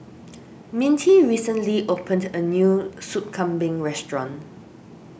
Mintie recently opened a new Sup Kambing restaurant